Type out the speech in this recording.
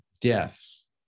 deaths